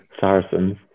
Saracens